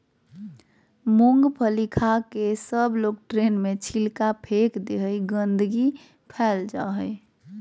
मूँगफली खाके सबलोग ट्रेन में छिलका फेक दे हई, गंदगी फैल जा हई